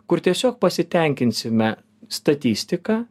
kur tiesiog pasitenkinsime statistika